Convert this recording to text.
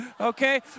Okay